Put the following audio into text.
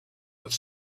with